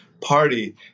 party